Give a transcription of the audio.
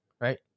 Right